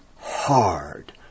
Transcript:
hard